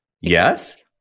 Yes